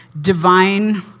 divine